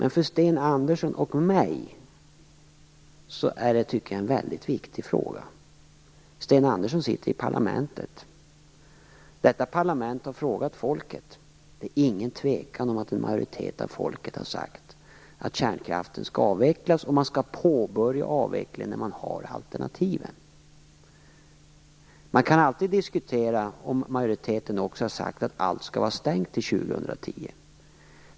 Men för Sten Andersson och mig är det en väldigt viktig fråga. Sten Andersson sitter i parlamentet. Detta parlament har frågat folket. Det är ingen tvekan om att en majoritet av folket har sagt att kärnkraften skall avvecklas, och man skall påbörja avvecklingen när man har alternativen. Vi kan alltid diskutera om majoriteten också har sagt att allt skall vara stängt till 2010.